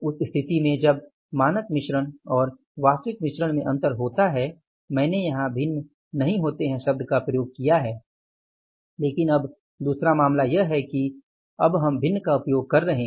उस स्थिति में जब मानक मिश्रण और वास्तविक मिश्रण में अंतर होता है मैंने यहाँ 'भिन्न नहीं होते है' शब्द का प्रयोग किया है लेकिन अब दूसरा मामला यह है कि हम अब भिन्न का उपयोग कर रहे हैं